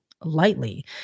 lightly